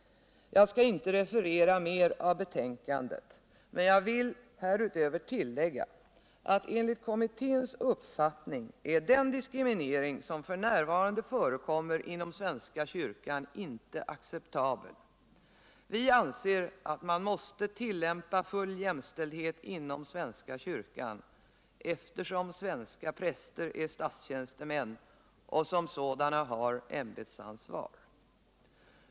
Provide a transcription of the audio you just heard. Jag skall inte resonera mer om betänkandet. Men jag vill tillägga att enligt kommitténs uppfattning är den diskriminering som f. n. förekommer inom svenska kyrkan inte acceptabel. Vi anser att man måste tillämpa full jämställdhet inom svenska kyrkan, eftersom svenska präster är statstjänstemän och som sådana har ämbetsansvar.